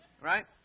Right